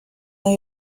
they